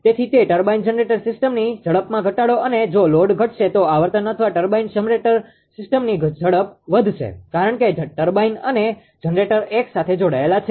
તેથી તે turbine generator સિસ્ટમની ઝડપમાં ઘટાડો અને જો લોડ ઘટશે તો આવર્તન અથવા ટર્બાઇન જનરેટર સિસ્ટમની ઝડપ વધશે કારણ કે ટર્બાઇન અને જનરેટર એક સાથે જોડાયેલા છે